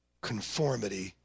conformity